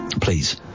Please